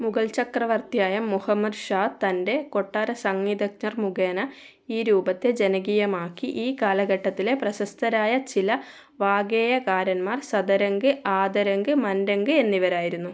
മുഗൾ ചക്രവർത്തിയായ മുഹമ്മദ് ഷാ തൻ്റെ കൊട്ടാര സംഗീതജ്ഞർ മുഖേന ഈ രൂപത്തെ ജനകീയമാക്കി ഈ കാലഘട്ടത്തിലെ പ്രശസ്തരായ ചില വാഗ്ഗേയകാരന്മാർ സദരംഗെ ആദരംഗെ മൻധംഗെ എന്നിവരായിരുന്നു